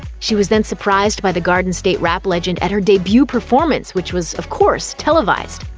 she was then surprised by the garden state rap legend at her debut performance, which was, of course, televised.